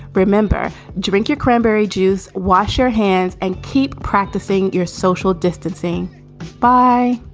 remember, drink your cranberry juice wash your hands and keep practicing your social distancing by